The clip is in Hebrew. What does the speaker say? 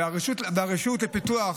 והרשות לפיתוח,